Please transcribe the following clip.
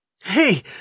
Hey